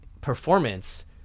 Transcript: performance